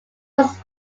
was